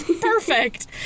Perfect